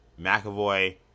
McAvoy